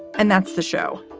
and that's the show.